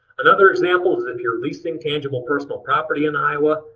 another example is if you're leasing tangible personal property in iowa,